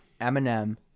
Eminem